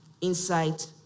insight